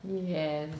yes